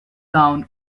gown